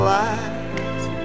lies